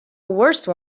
worse